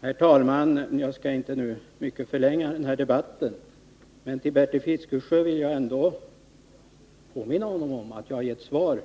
Herr talman! Jag skall inte förlänga den här debatten så mycket mer. Bertil Fiskesjö vill jag ändå påminna om att jag har gett svar